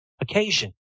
occasion